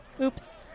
Oops